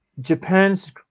Japan's